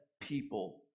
people